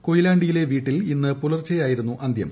കൊയിലാണ്ടിയിലെ വീട്ടിൽ ഇന്ന് പുലർച്ചെയായിരുന്നു അന്തൃം